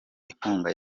inkunga